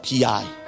PI